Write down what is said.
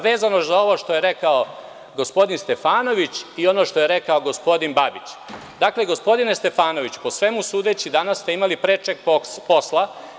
Vezano za ovo što je rekao gospodin Stefanović i ono što je rekao gospodin Babić, dakle, gospodine Stefanoviću, po svemu sudeći danas ste imali prečeg posla.